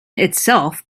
itself